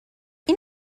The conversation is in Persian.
این